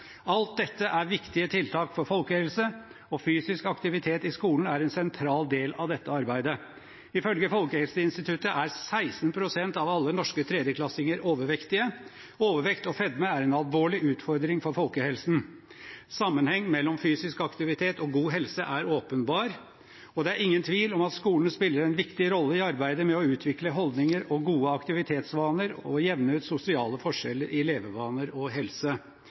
Alt dette er viktige tiltak for folkehelse, og fysisk aktivitet i skolen er en sentral del av dette arbeidet. Ifølge Folkehelseinstituttet er 16 pst. av alle norske tredjeklassinger overvektige. Overvekt og fedme er en alvorlig utfordring for folkehelsen. Sammenhengen mellom fysisk aktivitet og god helse er åpenbar, og det er ingen tvil om at skolen spiller en viktig rolle i arbeidet med å utvikle holdninger og gode aktivitetsvaner og jevne ut sosiale forskjeller i levevaner og helse.